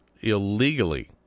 illegally